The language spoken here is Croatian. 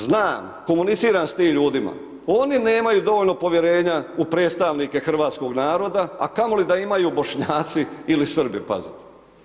Znam komuniciram s tim ljudima, oni nemaju dovoljno povjerenja u predstavnike hrvatskog naroda, a kamoli da imaju Bošnjaci ili Srbi pazite.